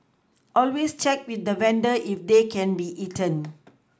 always check with the vendor if they can be eaten